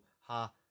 ha